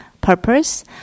purpose